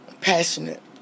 passionate